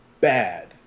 bad